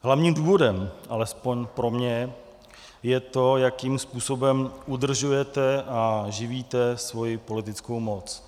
Hlavním důvodem, alespoň pro mě, je to, jakým způsobem udržujete a živíte svoji politickou moc.